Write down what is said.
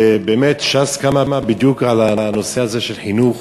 ובאמת, ש"ס קמה בדיוק על הנושא הזה, של חינוך.